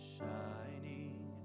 shining